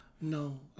no